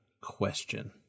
question